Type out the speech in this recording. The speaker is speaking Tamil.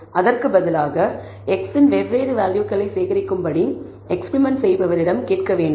அதற்கு பதிலாக நீங்கள் x இன் வெவ்வேறு வேல்யூகளைச் சேகரிக்கும்படி எக்ஸ்பெரிமெண்ட் செய்பவரிடம் கேட்க வேண்டும்